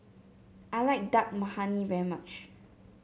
I like Dal Makhani very much